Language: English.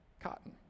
cotton